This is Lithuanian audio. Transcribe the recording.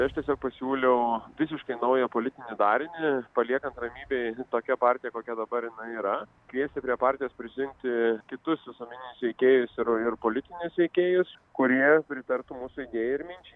tai aš tiesiog pasiūliau visiškai naują politinį darinį paliekant ramybėj tokia partija kokia dabar jinai yra kviesti prie partijos prisijungti kitus visuomeninius veikėjus ir ir politinius veikėjus kurie pritartų mūsų idėjai ir minčiai